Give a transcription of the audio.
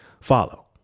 follow